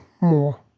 more